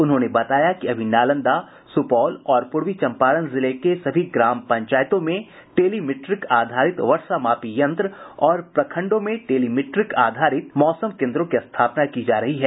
उन्होंने बताया कि अभी नालंदा सुपौल और पूर्वी चंपारण जिले के सभी ग्राम पंचायतों में टेलीमीट्रिक आधारित वर्षा मापी यंत्र और प्रखंडों में टेलीमीट्रिक आधारित मौसम केन्द्रों की स्थापना की जा रही है